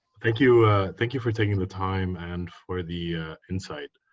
thank you thank you for taking the time and for the insight.